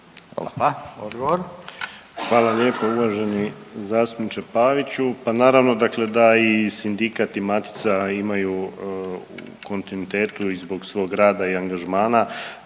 Marin (HDZ)** Hvala lijepo. Uvaženi zastupniče Paviću, pa naravno dakle da i sindikat i matica imaju u kontinuitetu i zbog svog rada i angažmana